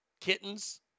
kittens